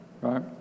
right